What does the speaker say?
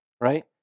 Right